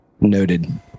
Noted